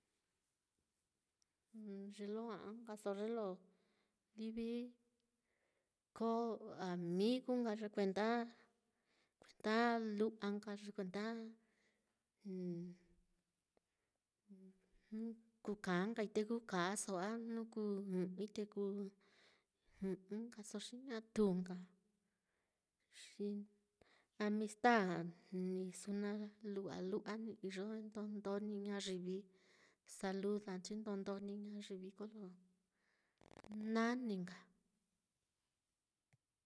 Ye lo ja'a nkaso ye lo livi koo nka amigu nka, ye kuenda ye kuenda lu'wa nka, ye kuenda nu kú kaa nkai, te kú kaaso, jnu kú jɨ'ɨ nkai te kú jɨ'ɨ nkaso, xi ñatu nka, xi amista ni su naá lu'wa lu'wa ni iyo, ndondo ni ñayivi saludachi ndondo ni ñayivi, kolo nani nka.